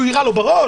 שהוא יירה לו בראש?